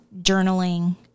journaling